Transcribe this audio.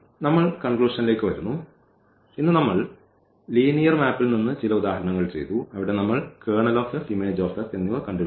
നമ്മൾ കൺക്ലൂഷൻലേക്ക് വരുന്നു ഇന്ന് നമ്മൾ ലീനിയർ മാപ്പിൽ നിന്ന് ചില ഉദാഹരണങ്ങൾ ചെയ്തു അവിടെ നമ്മൾ കേർണൽ F ഇമേജ് F എന്നിവ കണ്ടുപിടിച്ചു